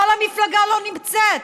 כל המפלגה לא נמצאת.